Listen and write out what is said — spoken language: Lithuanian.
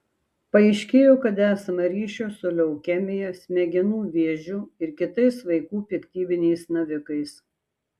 paaiškėjo kad esama ryšio su leukemija smegenų vėžiu ir kitais vaikų piktybiniais navikais